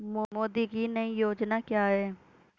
मोदी की नई योजना क्या है?